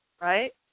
right